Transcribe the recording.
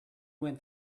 went